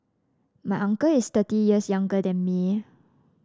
my uncle is thirty years younger than me